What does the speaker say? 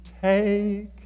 take